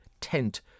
Tent